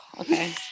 okay